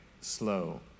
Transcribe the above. slow